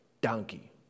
donkey